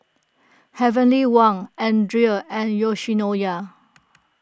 Heavenly Wang Andre and Yoshinoya